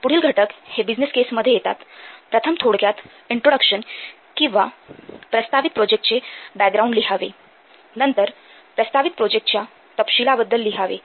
पुढील घटक हे बिझनेस केस मध्ये येतात प्रथम थोडक्यात इंट्रोडक्शन किंवा प्रस्तावित प्रोजेक्टचे बॅकग्राऊंड लिहावे नंतर प्रस्तावित प्रोजेक्ट च्या तपशिलाबद्दल लिहावे